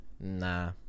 Nah